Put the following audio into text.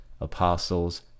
apostles